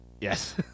Yes